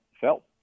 felt